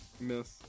miss